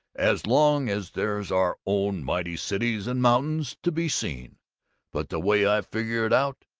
as long as there's our own mighty cities and mountains to be seen but, the way i figure it out,